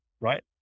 right